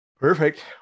perfect